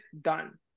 done